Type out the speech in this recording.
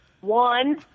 One